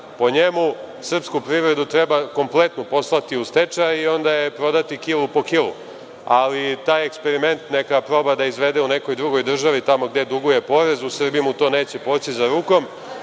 njemu, srpsku privredu treba kompletno poslati u stečaj i onda je prodati kilo po kilo, ali taj eksperiment neka proba da izvede u nekoj drugoj državi tamo gde duguje porez u Srbiji mu to neće poći za rukom,